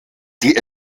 die